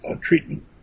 treatment